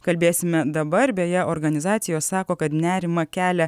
kalbėsime dabar beje organizacijos sako kad nerimą kelia